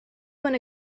when